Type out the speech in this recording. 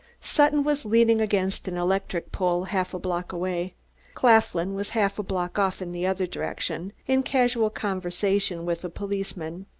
sutton was leaning against an electric-light pole, half a block away claflin was half a block off in the other direction, in casual conversation with a policeman.